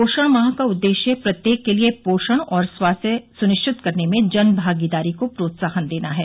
पोषण माह का उद्देश्य प्रत्येक के लिए पोषण और स्वास्थ सुनिश्चितकरने में जन भागीदारी को प्रोत्साहन देना है